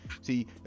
See